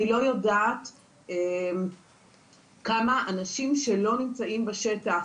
אני לא יודעת כמה אנשים שלא נמצאים בשטח